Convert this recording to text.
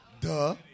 Duh